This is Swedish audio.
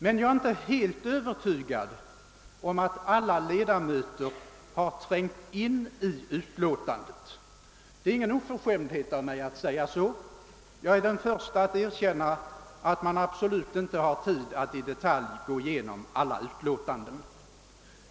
Men jag är inte helt övertygad om att alla ledamöter har trängt in ordentligt i detta utlåtande. Det är ingen oförskämdhet av mig att säga så. Jag är den förste att erkänna att man absolut inte hinner att i detalj gå igenom alla utlåtanden.